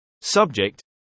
Subject